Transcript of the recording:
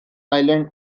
island